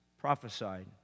prophesied